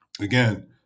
Again